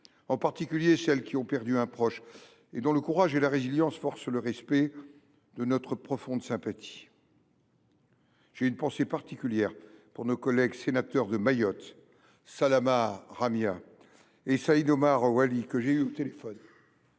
en particulier celles qui ont perdu un proche et dont le courage et la résilience forcent le respect, de notre profonde sympathie. J’ai une pensée particulière pour nos collègues sénateurs de Mayotte, Salama Ramia et Saïd Omar Oili, avec lesquels je